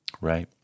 right